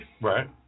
Right